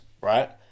right